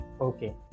Okay